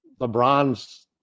LeBron's